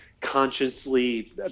consciously